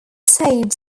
saved